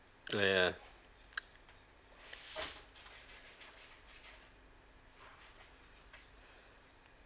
oh ya